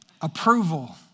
approval